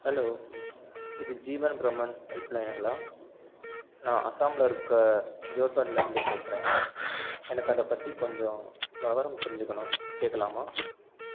hello இது ஜீவன் பிரமான் ஹெல்ப்லைனுங்களா நான் அஸ்ஸாமில் இருக்க ஜோர்ஹாட்டில் இருந்து பேசுகிறேன் எனக்கு அதை பற்றி கொஞ்சம் வெவரம் தெரிஞ்சுக்கணும் கேட்கலாமா